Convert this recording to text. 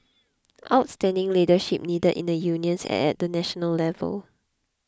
outstanding leadership needed in the unions and at the national level